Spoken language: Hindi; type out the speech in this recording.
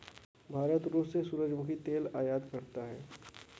भारत रूस से सूरजमुखी तेल आयात करता हैं